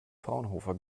fraunhofer